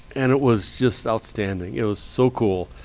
and it was just outstanding. it was so cool.